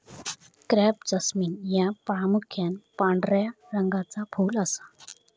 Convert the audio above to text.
crape jasmine ह्या प्रामुख्यान पांढऱ्या रंगाचा फुल असा